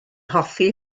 hoffi